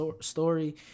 story